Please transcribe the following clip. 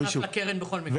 והכסף נכנס לקרן, בכל מקרה.